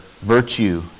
virtue